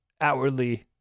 outwardly